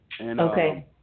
Okay